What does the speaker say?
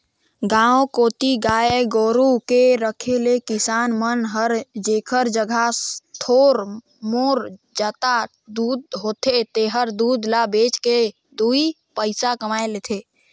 गांव कोती गाय गोरु के रखे ले किसान मन हर जेखर जघा थोर मोर जादा दूद होथे तेहर दूद ल बेच के दुइ पइसा कमाए लेथे